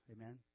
amen